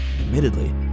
Admittedly